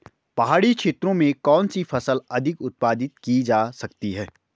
पहाड़ी क्षेत्र में कौन सी फसल अधिक उत्पादित की जा सकती है?